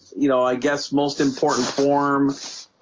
you know, i guess most important forms,